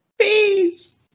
Peace